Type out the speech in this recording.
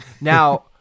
Now